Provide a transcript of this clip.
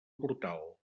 portal